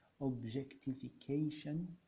objectification